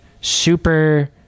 super